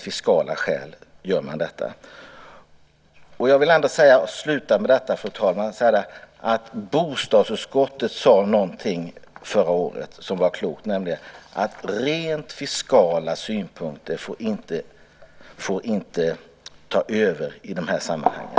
Jag vill avsluta, fru talman, med att säga att bostadsutskottet sade förra året något som var klokt, nämligen att rent fiskala synpunkter inte får ta över i de här sammanhangen.